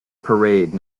parade